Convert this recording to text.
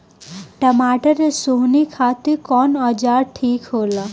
टमाटर के सोहनी खातिर कौन औजार ठीक होला?